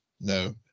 no